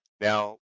Now